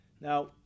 Now